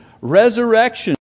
resurrection